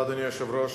אדוני היושב-ראש,